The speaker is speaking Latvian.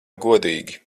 godīgi